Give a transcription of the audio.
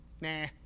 Nah